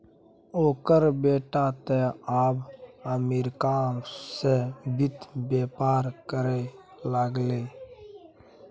ओकर बेटा तँ आब अमरीका सँ वित्त बेपार करय लागलै